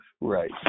Right